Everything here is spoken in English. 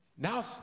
Now